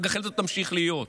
שהגחלת הזאת תמשיך להיות,